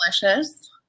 delicious